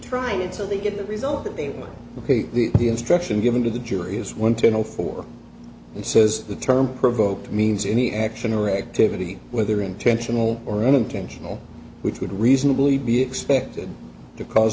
trying until they get the result that they want the instruction given to the jury is one to know for he says the term provoked means any action or activity whether intentional or unintentional which could reasonably be expected to cause